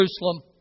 Jerusalem